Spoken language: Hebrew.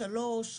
שלוש,